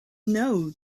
know